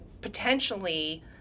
potentially